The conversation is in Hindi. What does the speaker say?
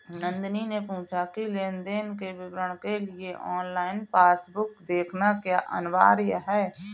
नंदनी ने पूछा की लेन देन के विवरण के लिए ऑनलाइन पासबुक देखना क्या अनिवार्य है?